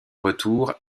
retour